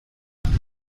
بنزین